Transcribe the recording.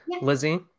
Lizzie